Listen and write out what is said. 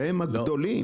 והם הגדולים.